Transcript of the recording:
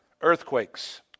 earthquakes